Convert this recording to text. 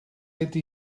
ydy